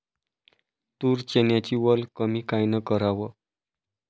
तूर, चन्याची वल कमी कायनं कराव?